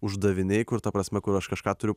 uždaviniai kur ta prasme kur aš kažką turiu